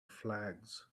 flags